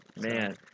Man